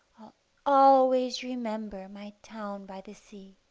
always remember my town by the sea.